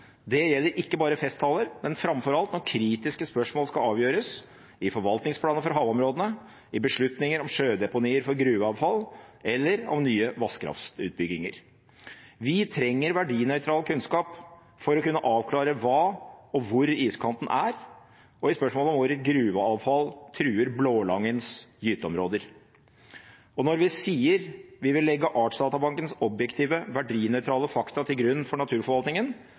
Det gjelder ikke bare i festtaler, men framfor alt når kritiske spørsmål skal avgjøres i forvaltningsplan for havområdene, i beslutninger om sjødeponier for gruveavfall eller om nye vasskraftutbygginger. Vi trenger verdinøytral kunnskap for å kunne avklare hva og hvor iskanten er og i spørsmålet om hvorvidt gruveavfall truer blålangens gyteområder. Når vi sier vi vil legge Artsdatabankens objektive, verdinøytrale fakta til grunn for naturforvaltningen,